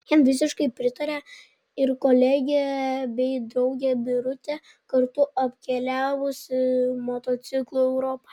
jam visiškai pritarė ir kolegė bei draugė birutė kartu apkeliavusi motociklu europą